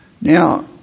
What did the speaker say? Now